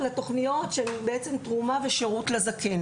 תוכניות תרומה ושירות לזקן